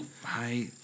hi